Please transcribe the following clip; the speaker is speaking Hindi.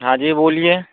हाँ जी बोलिए